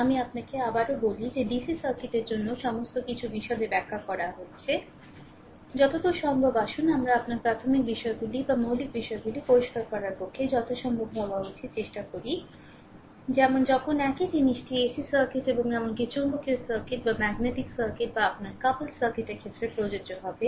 আমি আপনাকে আবারও বলি যে ডিসি সার্কিটের জন্য সমস্ত কিছু বিশদে ব্যাখ্যা করা হচ্ছে যতদূর সম্ভব আসুন আমরা আপনার প্রাথমিক বিষয়গুলি বা মৌলিক বিষয়গুলি পরিষ্কার করার পক্ষে যথাসম্ভব হওয়া উচিত চেষ্টা করার চেষ্টা করি যেমন যখন একই জিনিসটি এসি সার্কিট এবং এমনকি চৌম্বকীয় সার্কিট বা আপনার কাপল সার্কিটের ক্ষেত্রে প্রযোজ্য হবে